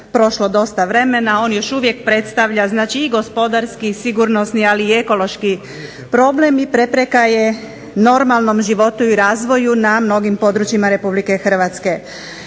prošlo dosta vremena on još uvijek predstavlja znači i gospodarski i sigurnosni, ali i ekološki problem i prepreka je normalnom životu i razvoju na mnogim područjima Republike Hrvatske.